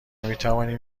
میتوانیم